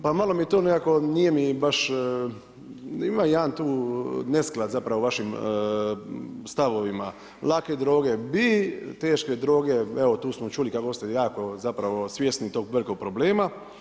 Pa malo mi je to nekako nije mi baš, ima jedan tu nesklad zapravo u vašim stavovima lake droge bi, teške droge evo tu smo čuli kako ste jako zapravo svjesni tog velikog problema.